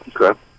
Okay